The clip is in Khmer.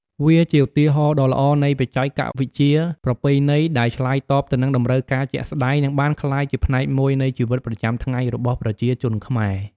វាជាឧទាហរណ៍ដ៏ល្អនៃបច្ចេកវិទ្យាប្រពៃណីដែលឆ្លើយតបទៅនឹងតម្រូវការជាក់ស្តែង និងបានក្លាយជាផ្នែកមួយនៃជីវិតប្រចាំថ្ងៃរបស់ប្រជាជនខ្មែរ។